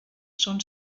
són